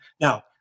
Now